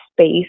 space